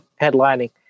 headlining